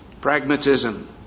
pragmatism